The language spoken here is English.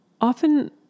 often